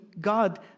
God